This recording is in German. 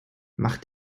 mach